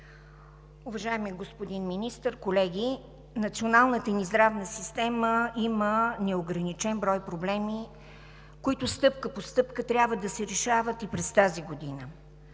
уважаеми господин Министър, колеги! Националната ни здравна система има неограничен брой проблеми, които стъпка по стъпка трябва да се решават и през тази година.